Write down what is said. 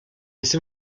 ese